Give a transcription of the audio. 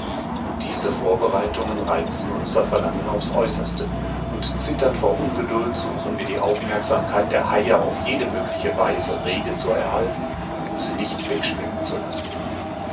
diese vorbereitungen reizen unser verlangen auf's aeußerste und zitternd vor ungeduld suchen wir die aufmerksamkeit der haie auf jede mögliche weise rege zu erhalten um sie nicht wegschwimmen zu lassen